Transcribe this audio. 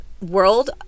world